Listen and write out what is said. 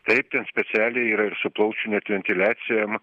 taip ten specialiai yra ir su plaučių net ventiliacijom